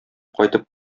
кайтып